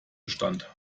bestand